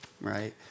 right